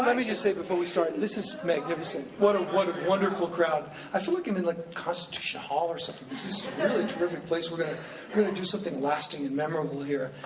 let me just say before we start, and this is magnificent. what what a wonderful crowd. i feel like i'm in like constitution hall or something, this is a really terrific place, we're gonna we're gonna do something lasting and memorable here.